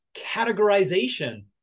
categorization